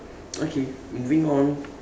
okay moving on